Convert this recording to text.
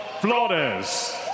Flores